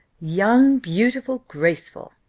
young, beautiful, graceful